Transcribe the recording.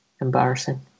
embarrassing